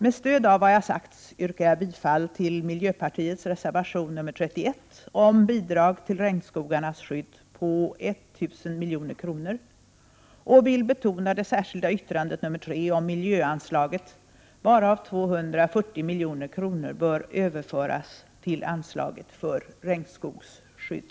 Med stöd av vad som sagts yrkar jag bifall till miljöpartiets reservation 31 om bidrag till regnskogarnas skydd med 1 000 milj.kr. och vill betona det särskilda yttrandet nr 3 om miljöanslaget. 240 milj.kr. bör överföras till anslaget för regnskogsskydd.